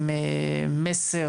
עם מסר,